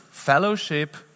Fellowship